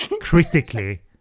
critically